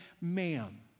ma'am